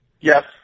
Yes